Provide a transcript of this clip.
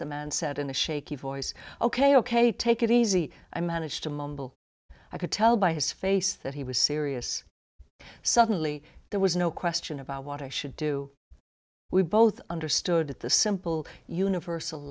the man said in a shaky voice ok ok take it easy i managed to mumble i could tell by his face that he was serious suddenly there was no question about what i should do we both understood that the simple universal